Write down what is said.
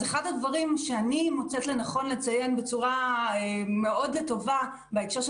אחד הדברים שאני מוצאת לנכון לציין מאוד לטובה בהקשר של